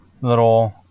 little